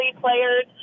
players